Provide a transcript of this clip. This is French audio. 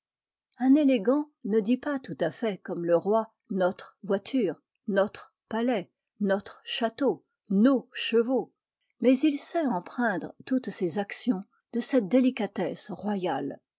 un élégant ne dit pas tout à fait comme le roi notre voiture notre palais notre château nos chevaux mais il sait empreindre toutes ses actions de cette délicatesse royale